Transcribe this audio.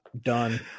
done